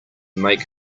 make